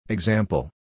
Example